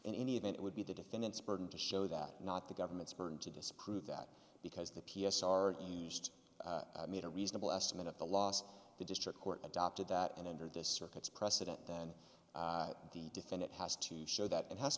in any event it would be the defendant's burden to show that not the government's burden to disprove that because the p s r used made a reasonable estimate of the loss the district court adopted that and under this circuit's precedent then the defendant has to show that it has